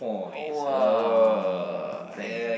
!wow! thanks